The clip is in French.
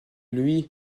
lui